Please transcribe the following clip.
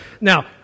Now